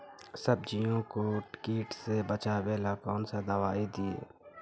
सब्जियों को किट से बचाबेला कौन सा दबाई दीए?